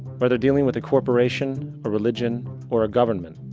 whether dealing with a corporation, a religion or a government,